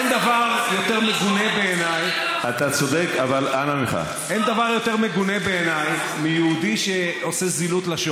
למה אתה מבלבל את המוח?